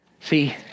See